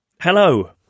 hello